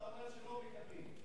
אתה אומר שלא מקבלים.